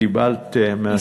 קיבלת מהשר בנט.